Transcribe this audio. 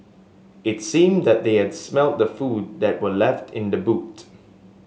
it seemed that they had smelt the food that were left in the boot